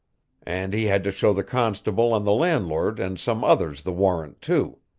and he had to show the constable and the landlord and some others the warrant, too.